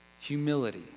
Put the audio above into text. humility